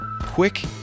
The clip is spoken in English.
quick